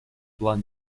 план